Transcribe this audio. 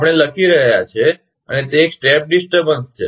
આ એક આપણે લખી રહ્યા છીએ અને તે એક સ્ટેપ ડિસ્ટર્બન્સ છે